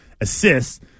assists